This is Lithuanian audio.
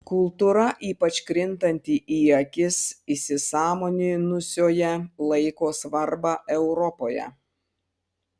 kultūra ypač krintanti į akis įsisąmoninusioje laiko svarbą europoje